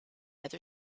other